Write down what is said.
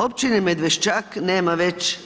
Općine Medvešćak nema već